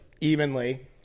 evenly